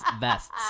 vests